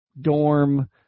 dorm